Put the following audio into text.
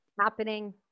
happening